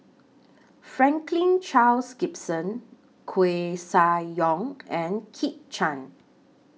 Franklin Charles Gimson Koeh Sia Yong and Kit Chan